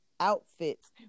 Outfits